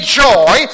joy